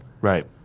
Right